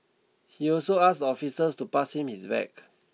he also asked officers to pass him his bag